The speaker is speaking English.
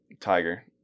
Tiger